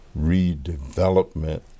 redevelopment